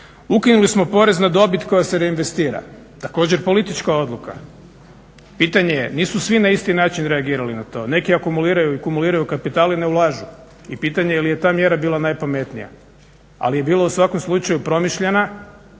Ukinuli smo porez na dobit koja se reinvestira. Također politička odluka. Pitanje je, nisu svi na isti način reagirali na to. Neki akumuliraju i kumuliraju kapital i ne ulažu. I pitanje je da li je ta mjera bila najpametnija? Ali je bila u svakom slučaju promišljena